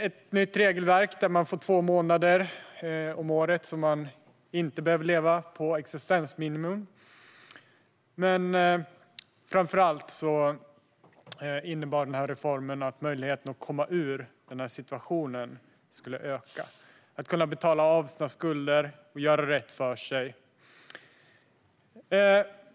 Det är ett nytt regelverk där man under två månader om året inte behöver leva på existensminimum, men framför allt innebär reformen att möjligheten att komma ur situationen - att kunna betala sina skulder och göra rätt för sig - ökar.